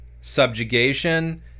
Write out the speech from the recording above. subjugation